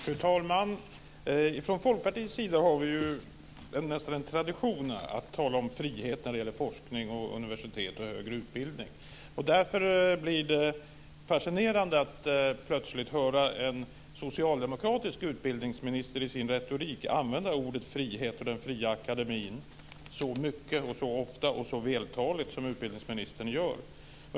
Fru talman! I Folkpartiet har vi ju nästan en tradition av att tala om frihet när det gäller forskning, universitet och högre utbildning. Därför blir det fascinerande att plötsligt höra en socialdemokratisk utbildningsminister i sin retorik använda frihet och den fria akademin så mycket, så ofta och så vältaligt som utbildningsministern gör.